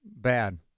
bad